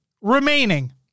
remaining